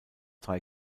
drei